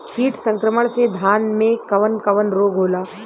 कीट संक्रमण से धान में कवन कवन रोग होला?